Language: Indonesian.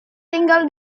tinggal